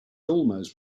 almost